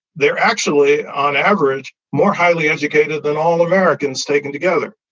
they're actually, on average, more highly educated than all americans taken together.